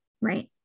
Right